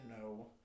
No